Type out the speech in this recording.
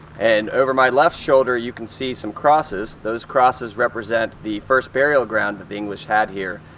and over my left shoulder, you can see some crosses. those crosses represent the first burial ground that the english had here,